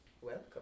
welcome